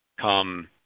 come